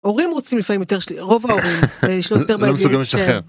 הורים רוצים לפעמים יותר שליטה רוב ההורים. לא מסוגלים לשחרר